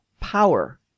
power